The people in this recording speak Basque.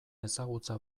ezagutza